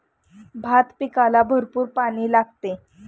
भात पिकाला भरपूर पाणी लागते